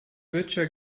böttcher